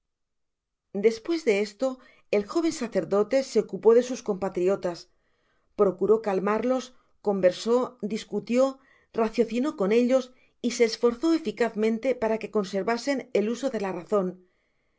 despues de esto el jóven sacerdote se ocupó de sus compatriotas procuró calmarlos conversó discutio raciocinó con ellos y se esforzó eficazmente para que conservasen el uso de la razon en